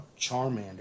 Charmander